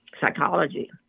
psychology